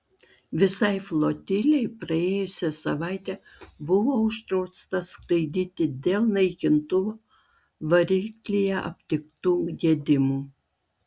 visai flotilei praėjusią savaitę buvo uždrausta skraidyti dėl naikintuvo variklyje aptiktų gedimų